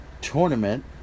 tournament